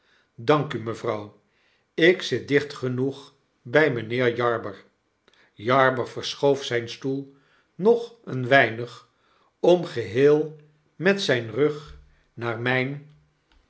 dank u mevrouw ik zit dicht genoeg by mynheer jarber jarber verschoof zyn stoel nog een weinig om geheel met zyn rug naar myn